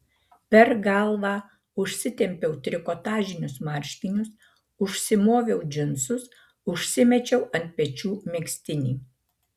per galvą užsitempiau trikotažinius marškinius užsimoviau džinsus užsimečiau ant pečių megztinį